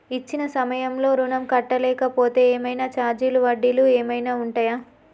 ఇచ్చిన సమయంలో ఋణం కట్టలేకపోతే ఏమైనా ఛార్జీలు వడ్డీలు ఏమైనా ఉంటయా?